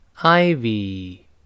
Ivy